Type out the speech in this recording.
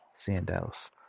Sandals